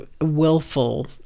willful